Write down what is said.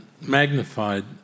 magnified